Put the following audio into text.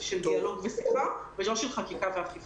של דיאלוג ושפה ולא של חקיקה ואכיפה.